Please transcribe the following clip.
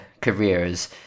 careers